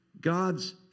God's